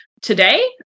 today